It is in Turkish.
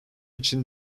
için